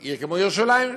עיר כמו ירושלים,